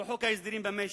שהוא חוק ההסדרים במשק.